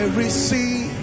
receive